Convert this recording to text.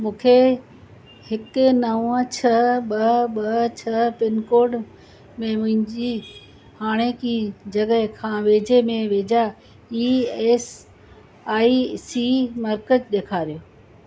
मूंखे हिकु नव छह ॿ ॿ छह पिनकोड में मुंहिंजी हाणोकी जॻहि खां वेझे में वेझा ई एस आई सी मर्कज़ु ॾेखारियो